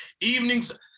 evenings